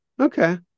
Okay